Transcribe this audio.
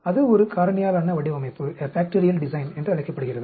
அது ஒரு காரணியாலான வடிவமைப்பு என்று அழைக்கப்படுகிறது